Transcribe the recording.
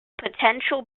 potential